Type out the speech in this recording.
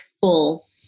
full